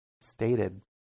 stated